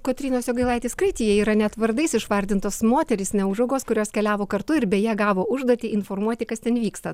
kotrynos jogailaitės kraityje yra net vardais išvardintos moterys neūžaugos kurios keliavo kartu ir beje gavo užduotį informuoti kas ten vyksta